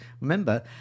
Remember